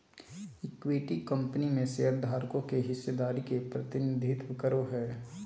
equity company में शेयरधारकों के हिस्सेदारी के प्रतिनिधित्व करो हइ